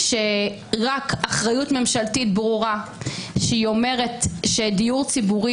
שרק אחריות ממשלתית ברורה שאומרת שדיור ציבורי